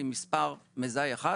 עם מספר מזהה אחד,